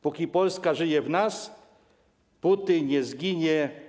Póki Polska żyje w nas, póty nie zginie.